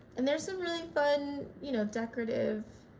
and there's some really fun, you know decorative